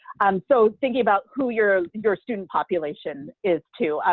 um so thinking about who your your student population is too,